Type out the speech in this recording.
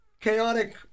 chaotic